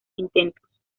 intentos